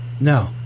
No